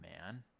man